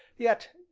yet,